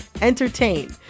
entertain